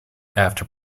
after